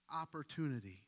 Opportunity